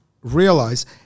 realize